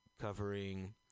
covering